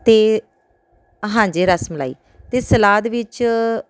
ਅਤੇ ਹਾਂਜੀ ਰਸਮਲਾਈ ਅਤੇ ਸਲਾਦ ਵਿੱਚ